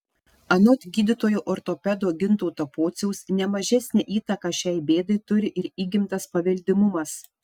anot gydytojo ortopedo gintauto pociaus ne mažesnę įtaką šiai bėdai turi ir įgimtas paveldimumas